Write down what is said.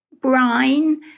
brine